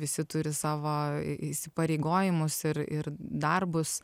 visi turi savo įsipareigojimus ir ir darbus